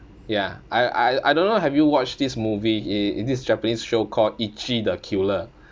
ya I I I don't know have you watch this movie i~ in this japanese show called ichi the killer